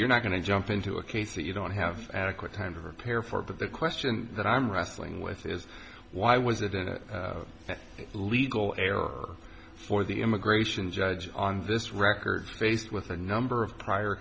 you're not going to jump into a case that you don't have adequate time to prepare for but the question that i'm wrestling with is why was it in a legal error for the immigration judge on this record faced with a number of prior